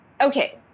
Okay